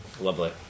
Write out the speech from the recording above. Lovely